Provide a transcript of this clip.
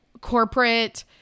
corporate